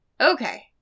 Okay